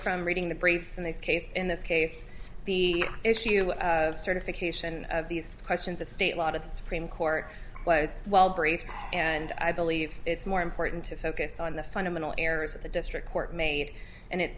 from reading the braves and they skate in this case the issue certification of these questions of state lot of the supreme court was well briefed and i believe it's more important to focus on the fundamental errors that the district court made and it